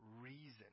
reason